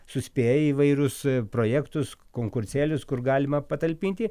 suspėja į įvairius projektus konkursėlius kur galima patalpinti